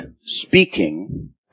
speaking